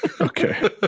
Okay